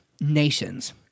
Nations